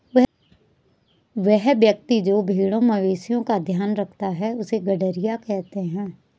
वह व्यक्ति जो भेड़ों मवेशिओं का ध्यान रखता है उससे गरेड़िया कहते हैं